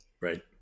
Right